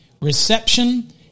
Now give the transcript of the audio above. reception